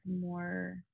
more